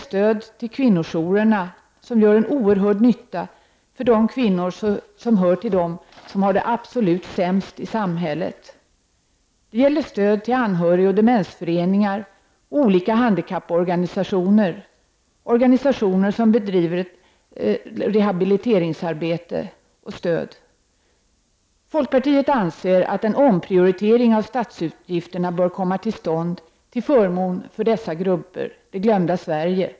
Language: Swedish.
— Stöd till kvinnojourerna som gör en oerhörd nytta för de kvinnor som hör till dem som har det allra sämst i samhället. — Stöd till anhörigoch demensföreningar samt olika handikapporganisationer som ger stöd och bedriver ett rehabiliteringsarbete. Vi i folkpartiet anser att en omprioritering av statsutgifterna bör komma till stånd till förmån för dessa grupper, ”det glömda Sverige”.